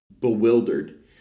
bewildered